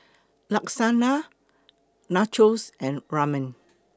Lasagna Nachos and Ramen